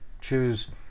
choose